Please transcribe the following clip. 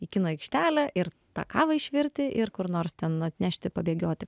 į kino aikštelę ir tą kavą išvirti ir kur nors ten atnešti pabėgioti